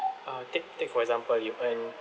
uh take take for example you earn